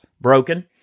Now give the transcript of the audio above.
broken